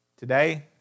Today